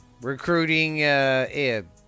recruiting